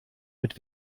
mit